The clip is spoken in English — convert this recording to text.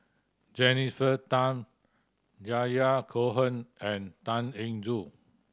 Jennifer Tham Yahya Cohen and Tan Eng Joo